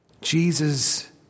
Jesus